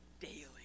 daily